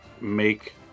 make